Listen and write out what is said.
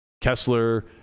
Kessler